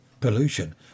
Pollution